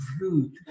root